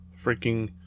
Freaking